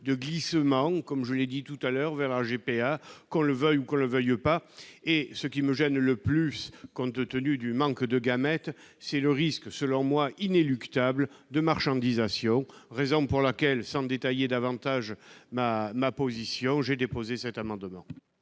de glissement, comme je l'ai précisé, vers la GPA, qu'on le veuille ou non. Ce qui me gêne le plus, compte tenu du manque de gamètes, c'est le risque, selon moi inéluctable, de marchandisation. C'est la raison pour laquelle, sans détailler davantage ma position, j'ai déposé cet amendement.